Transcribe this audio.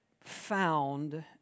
found